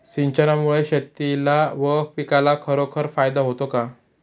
सिंचनामुळे शेतीला व पिकाला खरोखर फायदा होतो का?